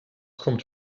kommt